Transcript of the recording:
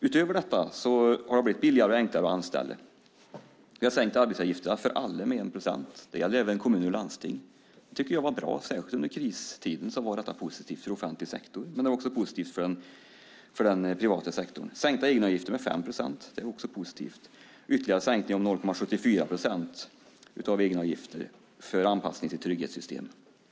Utöver detta har det blivit billigare och enklare att anställa. Vi har sänkt arbetsgivaravgifterna för alla med 1 procent. Det gäller även kommuner och landsting. Det tycker jag är bra. Särskilt under kristiden var detta positivt för den offentliga sektorn men också för den privata sektorn. Även sänkta egenavgifter med 5 procent är positivt. Ytterligare en sänkning med 0,74 procent av egenavgifter som en anpassning till trygghetssystemen handlar det också om.